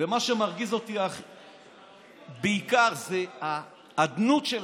ומה שמרגיז אותי בעיקר זה האדנות שלכם.